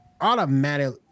automatic